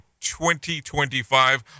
2025